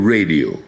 Radio